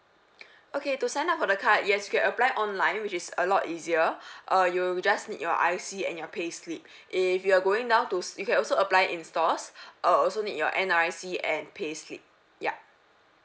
okay to sign up for the card yes you can apply online which is a lot easier uh you'll just need your I_C and your payslip if you're going down to you can also apply in stores uh also need your N_R_I_c and payslip yup